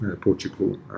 Portugal